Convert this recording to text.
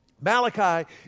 Malachi